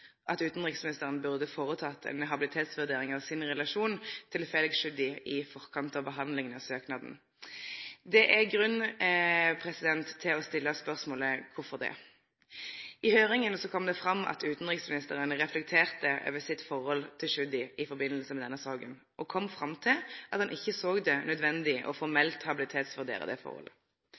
at utenriksministeren burde foretatt en habilitetsvurdering av sin relasjon til Felix Tschudi i forkant av behandlingen av søknaden.» Det er grunn til å stille spørsmålet: Kvifor det? I høyringa kom det fram at utanriksministeren reflekterte over sitt forhold til Tschudi i samband med denne saka og kom fram til at han ikkje såg det nødvendig å formelt habilitetsvurdere det forholdet.